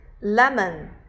lemon